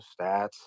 stats